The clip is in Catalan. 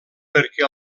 perquè